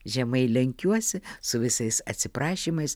žemai lenkiuosi su visais atsiprašymais